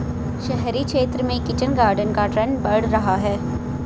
शहरी क्षेत्र में किचन गार्डन का ट्रेंड बढ़ रहा है